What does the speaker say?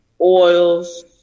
oils